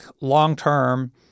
long-term